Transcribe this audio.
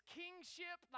kingship